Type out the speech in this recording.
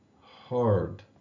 hard